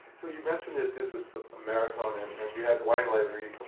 so you mentioned that this is a marathon, and you had wine library,